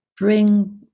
Bring